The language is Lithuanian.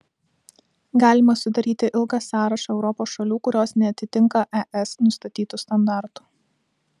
galima sudaryti ilgą sąrašą europos šalių kurios neatitinka es nustatytų standartų